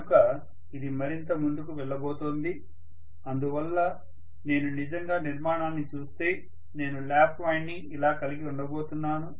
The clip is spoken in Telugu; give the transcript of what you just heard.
కనుక ఇది మరింత ముందుకు వెళ్ళబోతోంది అందువల్ల నేను నిజంగా నిర్మాణాన్ని చూస్తే నేను లాప్ వైండింగ్ ఇలా కలిగి ఉండబోతున్నాను